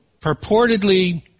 purportedly